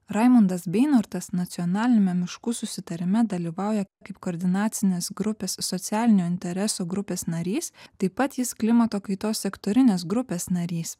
raimundas beinortas nacionaliniame miškų susitarime dalyvauja kaip koordinacinės grupės socialinio intereso grupės narys taip pat jis klimato kaitos sektorinės grupės narys